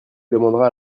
demandera